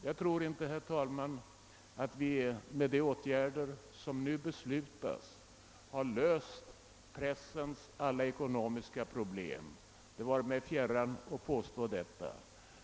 Jag tror inte, herr talman, att vi med de åtgärder som nu beslutats har löst pressens alla ekonomiska problem. Det vare mig fjärran att påstå detta.